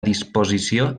disposició